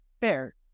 fair